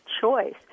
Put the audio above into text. choice